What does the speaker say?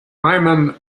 imam